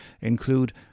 include